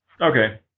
Okay